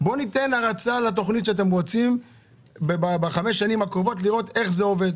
בוא נתן הרצה לתוכנית שאתם רוצים ב-5 שנים הקרובות לראות איך זה עובד,